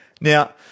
Now